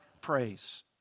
praise